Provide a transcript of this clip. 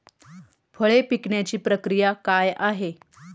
फळे पिकण्याची प्रक्रिया काय आहे?